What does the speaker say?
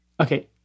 Okay